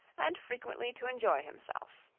and frequently to enjoy himself.